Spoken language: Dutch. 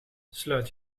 sluit